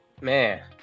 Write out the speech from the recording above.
Man